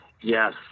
yes